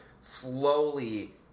slowly